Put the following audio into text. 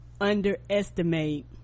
underestimate